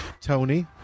Tony